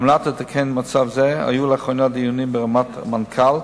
על מנת לתקן מצב זה היו לאחרונה דיונים ברמת מנכ"ל,